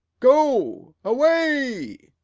go, away!